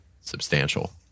substantial